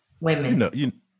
Women